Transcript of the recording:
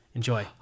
Enjoy